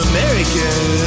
American